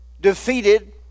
defeated